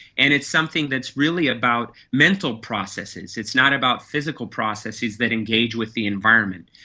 and it's something that's really about mental processes, it's not about physical processes that engage with the environment.